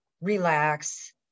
relax